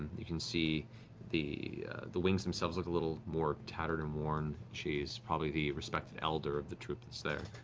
you can see the the wings themselves look a little more tattered and worn. she's probably the respected elder of the troupe that's there.